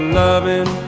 loving